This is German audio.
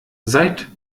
seid